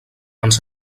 ens